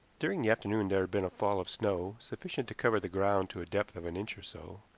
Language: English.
during the afternoon there had been a fall of snow, sufficient to cover the ground to a depth of an inch or so,